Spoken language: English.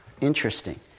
Interesting